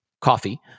coffee